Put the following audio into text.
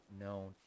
known